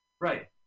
Right